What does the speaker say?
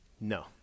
No